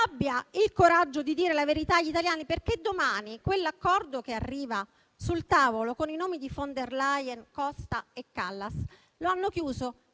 abbia il coraggio di dire la verità agli italiani, perché domani quell'accordo che arriva sul tavolo con i nomi di von der Leyen, Costa e Kallas lo hanno chiuso